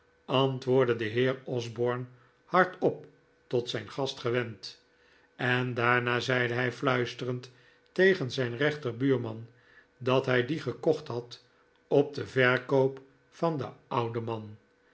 antwoordde de heer osborne hardop tot zijn gast gewend en daarna zeide hij fluisterend tegen zijn rechterbuurman dat hij dien gekocht had op den verkoop van den ouden man